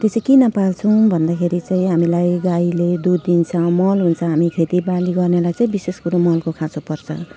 त्यो चाहिँ किन पाल्छौँ भन्दाखेरि चाहिँ हामीलाई गाईले दुध दिन्छ मल हुन्छ हामी खेती बाली गर्नेलाई चाहिँ विशेष कुरो मलको खाँचो पर्छ